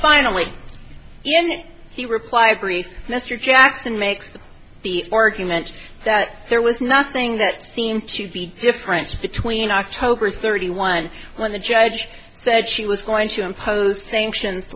finally and he reply brief mr jackson makes the argument that there was nothing that seemed to be different between october thirty one when the judge said she was going to impose sanctions